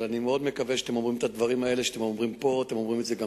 אבל אני מאוד מקווה שאתם אומרים את הדברים האלה שאתם אומרים פה גם שם.